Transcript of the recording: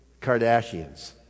Kardashians